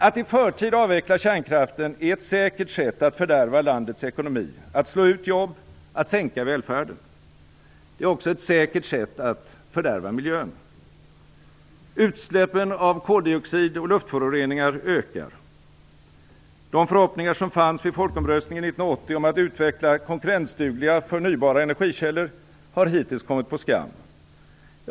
Att i förtid avveckla kärnkraften är ett säkert sätt att fördärva landets ekonomi, att slå ut jobb och att sänka välfärden. Det är också ett säkert sätt att fördärva miljön. Utsläppen av koldioxid och luftföroreningar ökar. De förhoppningar som fanns vid folkomröstningen 1980 om att utveckla konkurrensdugliga förnybara energikällor har hittills kommit på skam.